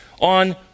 on